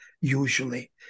usually